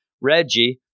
Reggie